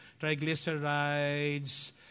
triglycerides